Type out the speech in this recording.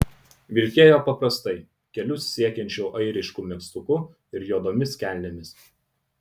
vilkėjo paprastai kelius siekiančiu airišku megztuku ir juodomis kelnėmis